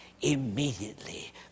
immediately